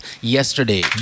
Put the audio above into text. yesterday